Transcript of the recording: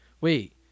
wait